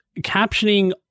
captioning